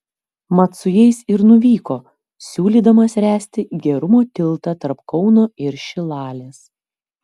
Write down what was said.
mat su jais ir nuvyko siūlydamas ręsti gerumo tiltą tarp kauno ir šilalės